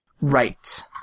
right